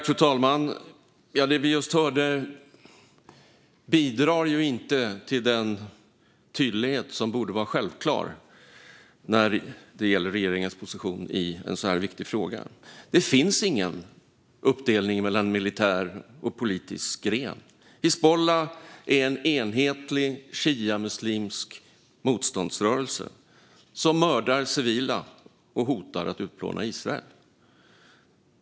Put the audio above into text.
Fru talman! Det vi just hörde bidrar inte till den tydlighet som borde vara självklar när gäller regeringens position i en så här viktig fråga. Det finns ingen uppdelning mellan en militär och en politisk gren. Hizbullah är en enhetlig shiamuslimsk motståndsrörelse som mördar civila och hotar att utplåna Israel.